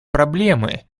проблемы